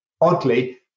oddly